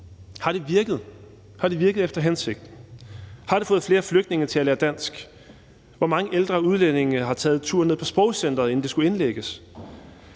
spørgsmålet: Har det virket efter hensigten? Har det fået flere flygtninge til at lære dansk? Hvor mange ældre udlændinge har taget en tur ned på sprogcenteret, inden de skulle indlægges?